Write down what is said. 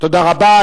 תודה רבה.